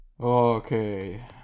Okay